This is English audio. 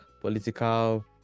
political